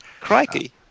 Crikey